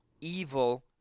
evil